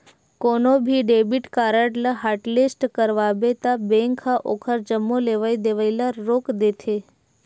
कोनो भी debit card ल हॉटलिस्ट करवाबे त बेंक ह ओखर जम्मो लेवइ देवइ ल रोक देथे